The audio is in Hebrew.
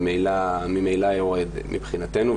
הנוסח הזה ממילא יורד מבחינתנו,